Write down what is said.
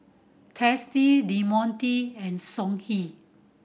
Tasty Del Monte and Songhe